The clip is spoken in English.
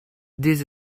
this